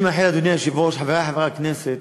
אני מאחל, אדוני היושב-ראש, חברי חברי הכנסת,